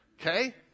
Okay